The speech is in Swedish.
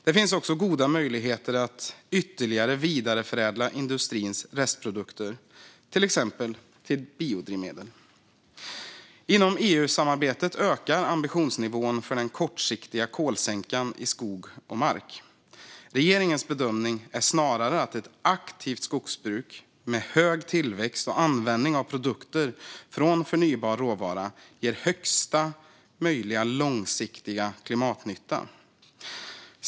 Det finns också goda möjligheter att ytterligare vidareförädla industrins restprodukter, till exempel till biodrivmedel. Inom EU-samarbetet ökar ambitionsnivån för den kortsiktiga kolsänkan i skog och mark. Regeringens bedömning är snarare att ett aktivt skogsbruk med hög tillväxt och användning av produkter från förnybar råvara ger största möjliga långsiktiga klimatnytta.